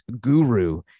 guru